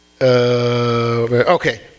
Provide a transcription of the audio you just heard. Okay